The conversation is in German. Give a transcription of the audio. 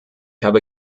habe